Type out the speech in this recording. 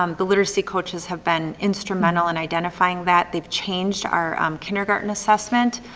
um the literacy coaches have been instrumental in identifying that. they've changed our kindergarten assessment.